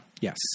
Yes